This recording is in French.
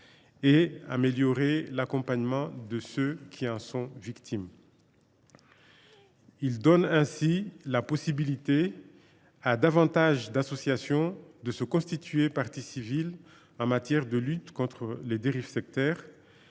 et améliorer l’accompagnement de ceux qui en sont victimes. Il prévoit ainsi de donner la possibilité à plus d’associations de se constituer partie civile en matière de lutte contre les dérives sectaires